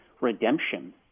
redemption